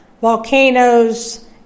volcanoes